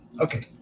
Okay